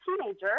teenager